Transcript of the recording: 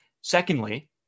secondly